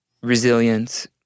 resilience